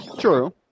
True